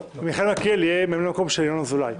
מיכאל מלכיאלי יהיה ממלא מקום של ינון אזולאי.